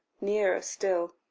nearer still.